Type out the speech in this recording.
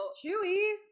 Chewie